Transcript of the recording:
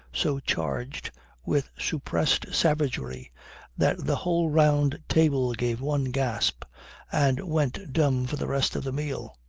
so charged with suppressed savagery that the whole round table gave one gasp and went dumb for the rest of the meal.